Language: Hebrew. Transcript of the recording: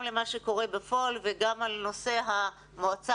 למה שקורה בפועל וגם על נושא המועצה